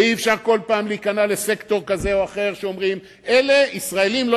אי-אפשר בכל פעם להיכנע לסקטור כזה או אחר שאומר: ישראלים לא